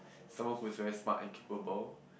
someone who is very smart and capable